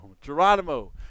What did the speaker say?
Geronimo